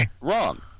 Wrong